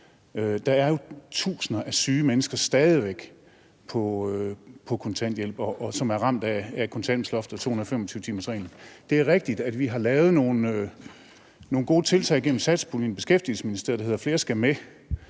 stadig væk tusinder af syge mennesker på kontanthjælp, som er ramt af kontanthjælpsloftet og 225-timersreglen. Det er rigtigt, at vi har lavet nogle gode tiltag gennem satspuljen i Beskæftigelsesministeriet, der hedder »Flere skal med«.